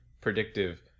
predictive